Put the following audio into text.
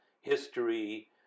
history